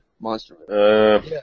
monster